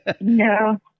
No